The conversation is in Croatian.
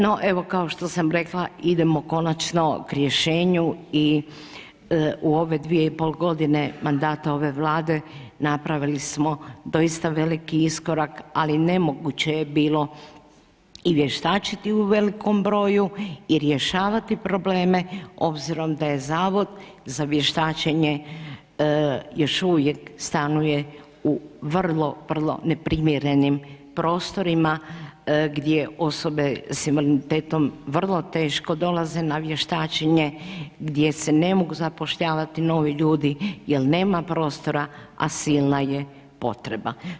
No, evo kao što sam rekla, idemo konačno k rješenju i u ove 2,5 godine mandata ove Vlade napravili smo doista veliki iskorak ali nemoguće je bilo i vještačiti u velikom broju i rješavati probleme obzirom da je Zavod za vještačenje još uvijek stanuje u vrlo, vrlo neprimjerenim prostorima gdje osobe s invaliditetom vrlo teško dolaze na vještačenje, gdje se ne mogu zapošljavati novi ljudi jer nema prostora a silna je potreba.